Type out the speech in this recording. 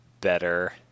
better